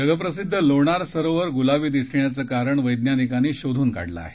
जगप्रसिद्ध लोणार सरोवर गुलाबी दिसण्याचं कारण वैज्ञानिकांनी शोधून काढलं आहे